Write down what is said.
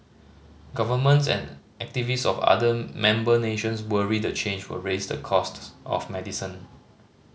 governments and activists of other member nations worry the change will raise the costs of medicine